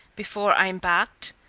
before i embarked,